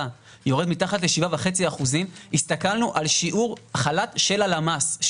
יורד מתחת ל-7.5% הסתכלנו על שיעור החל"ת של הלמ"ס,